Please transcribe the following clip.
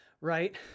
right